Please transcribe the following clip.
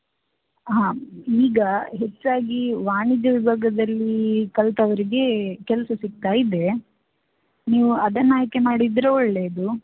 ಹಾಂ ಈಗ ಹೆಚ್ಚಾಗಿ ವಾಣಿಜ್ಯ ವಿಭಾಗದಲ್ಲಿ ಕಲಿತವರಿಗೆ ಕೆಲಸ ಸಿಕ್ತಾ ಇದೆ ನೀವು ಅದನ್ನು ಆಯ್ಕೆ ಮಾಡಿದರೆ ಒಳ್ಳೆಯದು